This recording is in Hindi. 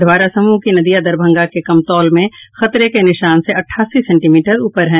अधवारा समूह की नदियां दरभंगा के कमतौल में खतरे के निशान से अठासी सेंटीमीटर ऊपर है